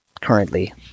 currently